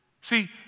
See